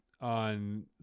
on